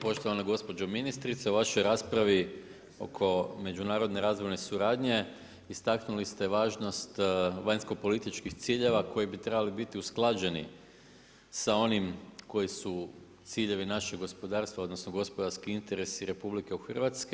Poštovana gospođo ministrice u vašoj raspravi oko međunarodne razvojne suradnje istaknuli ste važnost vanjsko-političkih ciljeva koji bi trebali biti usklađeni sa onim koji su ciljevi našeg gospodarstva odnosno gospodarski interesi RH.